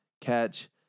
catch